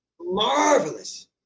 Marvelous